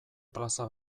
plaza